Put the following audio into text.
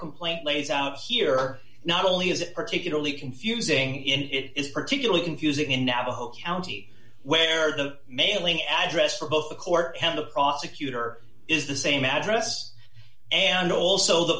complaint lays out here not only is it particularly confusing it is particularly confusing in navajo county where the mailing address for both the court and the prosecutor is the same address and also the